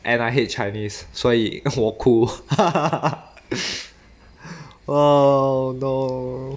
and I hate chinese 所以我哭 oh no